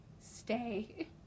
stay